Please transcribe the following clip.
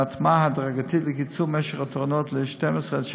עם הטמעה הדרגתית לקיצור משך התורנות ל-12 16